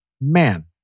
Man